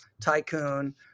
tycoon